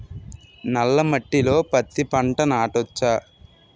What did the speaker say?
నల్ల మట్టిలో పత్తి పంట నాటచ్చా?